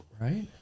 Right